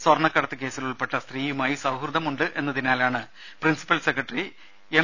സ്വർണക്കടത്ത് കേസിലുൾപ്പെട്ട സ്ത്രീയുമായി സൌഹൃദമുണ്ടെന്നതിനാലാണ് പ്രിൻസിപ്പൽ സെക്രട്ടറി എം